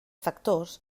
factors